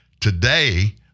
Today